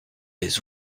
des